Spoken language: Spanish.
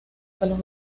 pelos